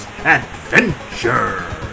Adventure